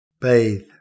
bathe